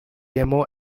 demo